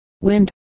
wind